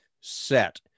set